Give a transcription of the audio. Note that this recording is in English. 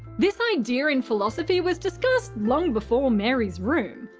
this idea in philosophy was discussed long before mary's room.